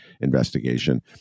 investigation